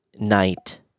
night